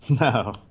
No